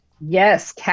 Yes